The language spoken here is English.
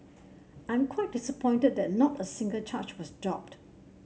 I am quite disappointed that not a single charge was dropped